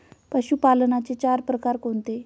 पशुपालनाचे चार प्रकार कोणते?